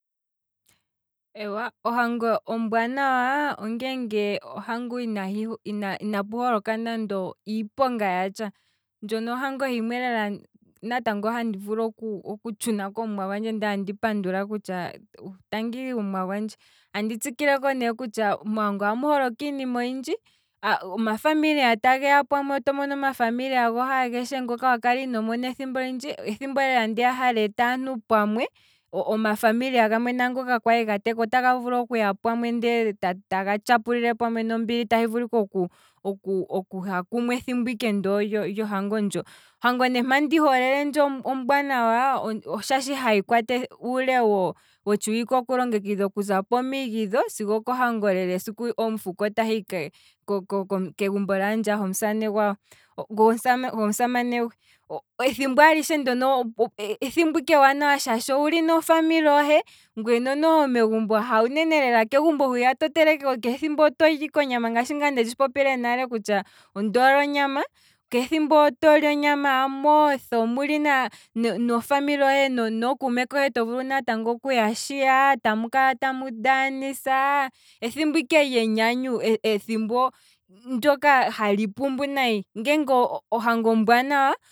Eewa, ohango ombwaanawa ongeenge ohango ina ina puholoka nande iiponga yatsha, ndjono ohango himwe lela handi vulu okutshuna komuwa gwandje ndee andi pandula kutya tangi omuwa gwandje, andi tsikileko ne kutya mohango ohamu holoka iinima oyindji, omafamilia ta geya pamwe ngoka wa kala ino mona ethimbo olindji, ethimbo lela ndiya hali eta aantu pamwe, omafamilia gamwe naangoka kwali ga teka otaga vulu okuya pamwe ndee taga tya pulile pamwe nombili ndee taga vulu ike oku- oku- okuha kumwe ethimbo ike ndo lyohango ndjo, ohango nee mpa ndi hoolele ndjo mbwaa nawa osho hahi kwata ike uule wotshi wike okulongekidha okuza ike pomiigidho sigo esiku lyohango esiku omufuko tahi kegumbo lyaandja homusamane gwe, ethimbo ike alishe ndono ethimbo ike ewanawa shaashi owuli nofamily hohe, ngweye no noho megumbohawu nene lela kegumbo hwiya to teleke keshe ethimbo otoli ike onyama ngaashi ngaa ndali ndetshi popile nale kutya ondoole onyama, keethimbo otoli onyama amootha wuli nofamily hohe nookuume kohe to vulu naatango okuya shiya, tamu kala tamu ndaanisa, ethimbo ike lyenyanyu, ethimbo ndoka hali pumbu nayi, ngeenge ohango ombwaanawa